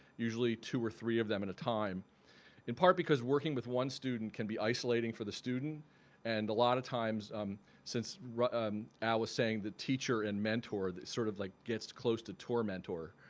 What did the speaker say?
usually two or three of them at and a time in part because working with one student can be isolating for the student and a lot of times um since um al was saying the teacher and mentor that sort of like gets close to tormenter.